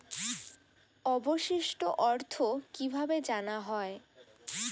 অবশিষ্ট অর্থ কিভাবে জানা হয়?